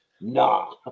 nah